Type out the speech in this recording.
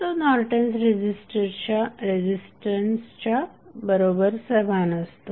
तो Norton's resistance बरोबर समान असतो